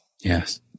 Yes